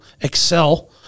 excel